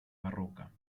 barroca